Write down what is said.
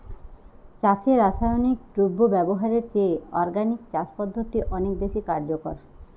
চাষে রাসায়নিক দ্রব্য ব্যবহারের চেয়ে অর্গানিক চাষ পদ্ধতি অনেক বেশি কার্যকর